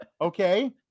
Okay